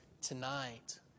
Tonight